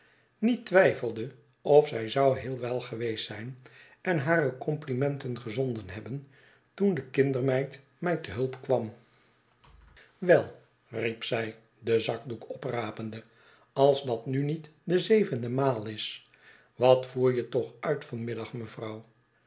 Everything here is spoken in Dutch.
niet twijfelde of zij zou heel wel zijn geweest en hare complimenten gezonden hebben toen de kindermeid mij te hulp kwam wel riep zij den zakdoek oprapende als dat nu niet de zevende maal is wat voer je toch uit van middag mevrouw